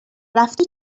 رفته